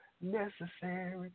necessary